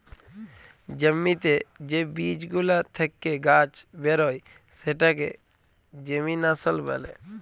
জ্যমিতে যে বীজ গুলা থেক্যে গাছ বেরয় সেটাকে জেমিনাসল ব্যলে